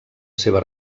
seva